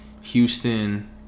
houston